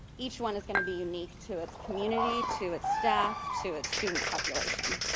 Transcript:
each one is going to be unique to its community, to its staff, to its student population.